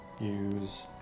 use